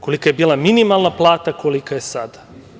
Kolika je bila minimalna plata, kolika je sada?